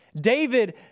David